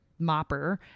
mopper